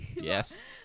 Yes